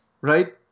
right